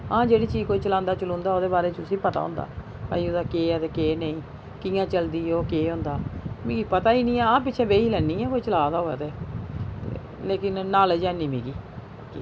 हां जेह्ड़ी चीज कोई चलांदा चलूंदा ओह्दे बारै च उस्सी पता होंदा भाई ओहदा केह् ऐ ते केह् नेईं कि'यां चलदी ऐ ओह् केह् होंदा मिगी पता ई निं ऐ हां पिच्छें बेही लैन्नी आं कोई चला दा होऐ ते लेकिन नालेज है निं मिगी